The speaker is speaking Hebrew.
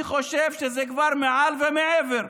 אני חושב שזה כבר מעל ומעבר.